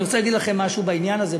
אני רוצה להגיד לכם משהו בעניין הזה,